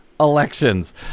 elections